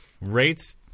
rates